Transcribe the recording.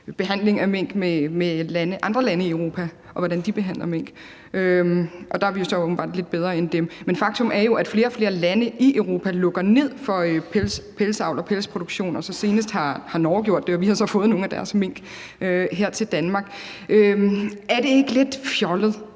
behandling af mink med, hvordan andre lande i Europa behandler mink, og der er vi jo så åbenbart lidt bedre end dem. Men faktum er jo, at flere og flere lande i Europa lukker ned for pelsavl og pelsproduktion. Senest har Norge gjort det, og vi har så fået nogle af deres mink her til Danmark. Er det ikke lidt fjollet,